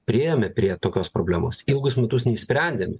priėjome prie tokios problemos ilgus metus neišsprendėm